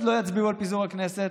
אז לא יצביעו על פיזור הכנסת.